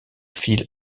fil